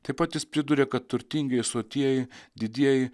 taip pat jis priduria kad turtingieji sotieji didieji